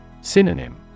Synonym